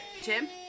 Jim